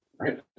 Right